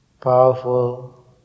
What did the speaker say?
powerful